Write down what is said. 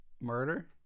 Murder